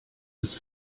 this